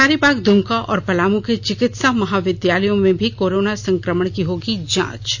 हजारीबाग दुमका और पलामू के चिकित्सा महाविद्यालयों में भी कोरोना संक्रमण की होगी जांच